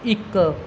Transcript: ਇੱਕ